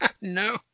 No